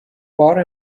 بار